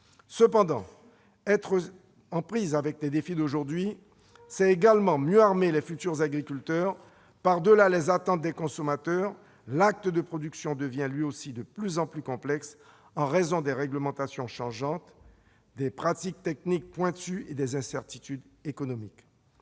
Cependant, être en prise avec des défis d'aujourd'hui, c'est également mieux armer les futurs agriculteurs. Par-delà les attentes des consommateurs, l'acte de production devient lui aussi de plus en plus complexe en raison des réglementations changeantes, des pratiques techniques pointues et des incertitudes économiques.